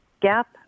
gap